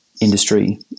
industry